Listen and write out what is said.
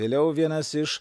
vėliau vienas iš